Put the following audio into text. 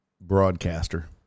broadcaster